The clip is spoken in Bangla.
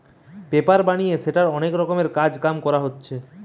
পেপার বানিয়ে সেটার অনেক রকমের কাজ কাম করা হতিছে